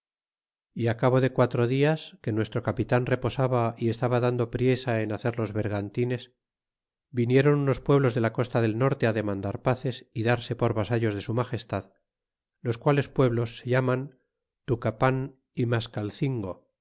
y a cabo de quatro dias que nuestro capitan reposaba y estaba dando priesa en hacer los vergantines viniéron unos pueblos de la costa del norte demandar paces y darse por vasallos de su magestad los quales pueblos se llaman tucapan y mascalcingo